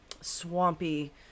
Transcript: swampy